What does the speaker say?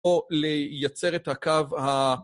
או לייצר את הקו ה...